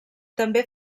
també